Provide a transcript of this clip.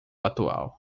atual